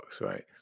right